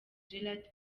gerard